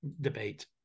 debate